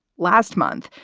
last month,